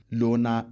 lona